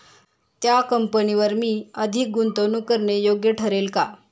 त्या कंपनीवर मी अधिक गुंतवणूक करणे योग्य ठरेल का?